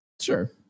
Sure